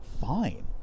fine